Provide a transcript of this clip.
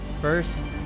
first